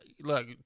look